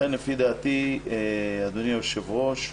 לכן לפי דעתי, אדוני היושב-ראש,